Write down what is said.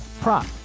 prop